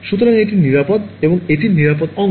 সুতরাং এটি নিরাপদ এটির নিরাপদ অংশ